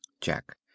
Jack